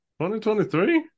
2023